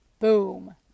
Boom